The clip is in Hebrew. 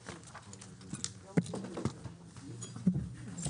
09:34.